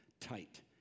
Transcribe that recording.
tight